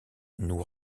nous